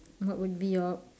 what would be your